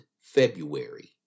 February